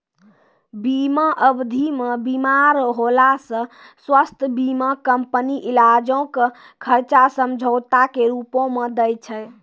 बीमा अवधि मे बीमार होला से स्वास्थ्य बीमा कंपनी इलाजो के खर्चा समझौता के रूपो मे दै छै